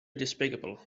despicable